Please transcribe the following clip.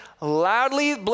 loudly